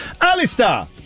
Alistair